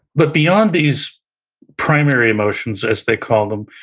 but beyond these primary emotions, as they call them,